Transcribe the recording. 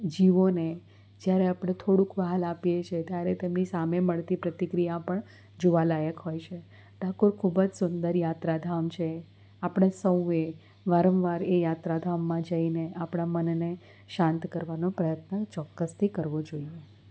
જીવોને જ્યારે આપણે થોડુંક વ્હાલ આપીએ છીએ ત્યારે તેમની સામે મળતી પ્રતિક્રિયા પણ જોવાલાયક હોય છે ડાકોર ખૂબ જ સુંદર યાત્રાધામ છે આપણે સૌએ વારંવાર એ યાત્રાધામમાં જઈને આપણા મનને શાંત કરવાનો પ્રયત્ન ચોક્કસથી કરવો જોઈએ